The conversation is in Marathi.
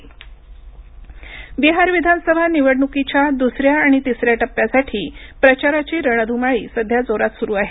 बिहार बिहार विधानसभा निवडणुकीच्या दुसऱ्या आणि तिसऱ्या टप्प्यासाठी प्रचाराची रणधुमाळी सध्या जोरात सुरू आहे